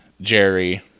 Jerry